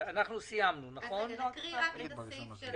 נסיים את ההקראה נקרא את רק סעיף ההסכמה.